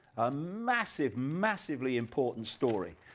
ah massively massively important story,